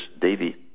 Davy